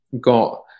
got